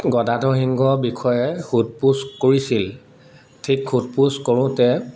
গদাধৰ সিংহৰ বিষয়ে সোধ পোছ কৰিছিল ঠিক সোধ পোছ কৰোঁতে